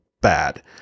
bad